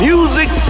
Music